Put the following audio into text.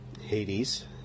Hades